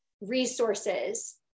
resources